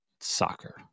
soccer